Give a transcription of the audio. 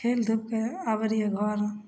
खेलधुपिके आबै रहिए घर